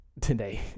today